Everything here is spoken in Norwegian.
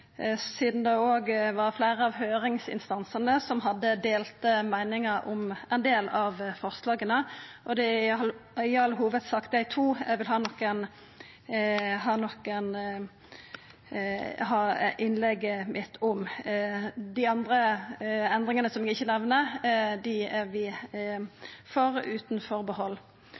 sidan det var fleire av høyringsinstansane som hadde delte meiningar om ein del av forslaga, og det er i all hovudsak to av dei innlegget mitt vil handla om. Dei andre endringane, som eg ikkje nemner, er vi for utan